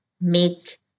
make